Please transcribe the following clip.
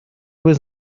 with